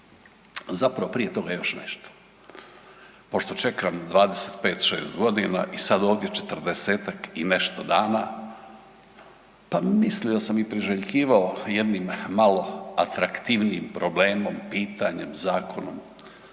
Zapravo prije toga još nešto. Pošto čekam 25-'6.g. i sad ovdje 40-tak i nešto dana, pa mislio sam i priželjkivao jednim malo atraktivnijim problemom, pitanjem, zakonom,